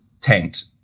tanked